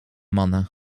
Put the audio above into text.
mannen